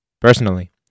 Personally